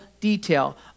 detail